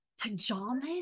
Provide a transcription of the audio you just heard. pajamas